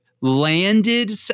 landed